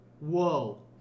Whoa